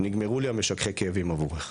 נגמרו לי המשככי כאבים עבורך,